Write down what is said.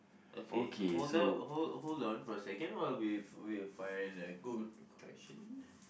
okay hold up hold hold on for a second while we we find like good question